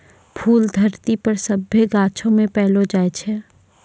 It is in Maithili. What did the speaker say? फूल धरती पर सभ्भे गाछौ मे पैलो जाय छै